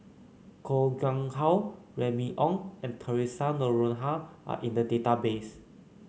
Koh Nguang How Remy Ong and Theresa Noronha are in the database